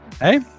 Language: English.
Hey